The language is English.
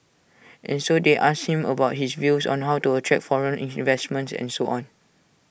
and so they asked him about his views on how to attract foreign investments and so on